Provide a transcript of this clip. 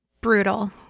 Brutal